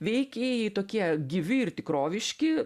veikėjai tokie gyvi ir tikroviški